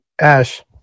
Ash